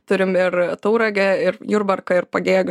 turim ir tauragę ir jurbarką ir pagėgius